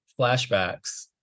flashbacks